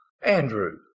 Andrew